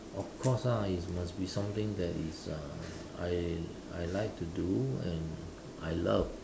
of course ah it must be something that is uh I I like to do and I love